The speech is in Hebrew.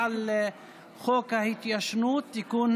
חוק ההתיישנות (תיקון,